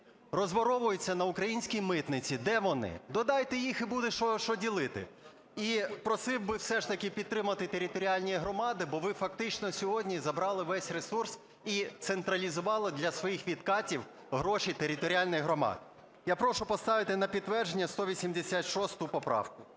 розворовуються на українській митниці. Де вони? Додайте їх і буде, що ділити. І просив би все ж таки підтримати територіальні громади, бо ви фактично сьогодні забрали весь ресурс і централізували для своїх відкатів гроші територіальних громад. Я прошу поставити на підтвердження 186 поправку.